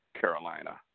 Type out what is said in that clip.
Carolina